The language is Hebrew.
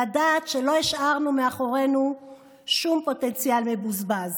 לדעת שלא השארנו מאחורינו שום פוטנציאל מבוזבז.